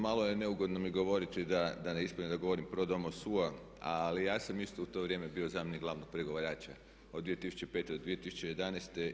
Malo je neugodno mi govoriti da ne ispada da govorim pro domo sua, ali ja sam isto u to vrijeme bio zamjenik glavnog pregovarača od 2005. do 2011.